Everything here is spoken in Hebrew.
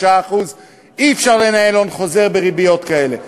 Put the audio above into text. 3%. אי-אפשר לנהל הון חוזר בריביות כאלה.